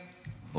בפרצופיהם,